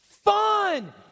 fun